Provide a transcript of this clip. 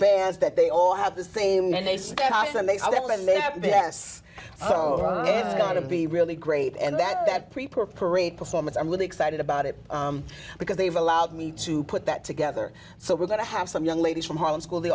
s that they all have the same and they said yes got to be really great and that that prepare parade performance i'm really excited about it because they've allowed me to put that together so we're going to have some young ladies from harlem school the